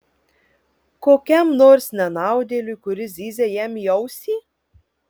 kokiam nors nenaudėliui kuris zyzia jam į ausį